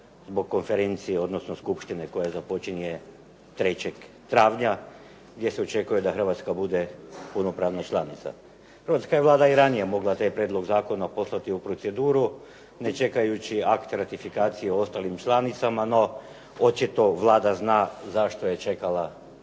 zbog konferencije, odnosno skupštine koja započinje 3. travnja gdje se očekuje da Hrvatska bude punopravna članica. Hrvatska je Vlada i ranije mogla taj prijedlog zakona poslati u proceduru, ne čekaju akte ratifikacije ostalim članicama, no očito Vlada zna zašto je čekala